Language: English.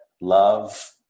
love